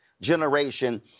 generation